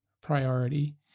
priority